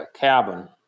cabin